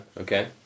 okay